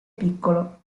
piccolo